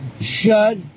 Shut